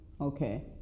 Okay